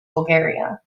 bulgaria